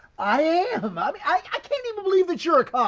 i am. i mean i can't even believe that you're a cop.